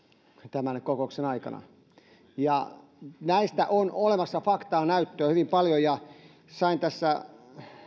tämän kokouksen aikana näistä on olemassa faktaa ja näyttöä hyvin paljon sain tässä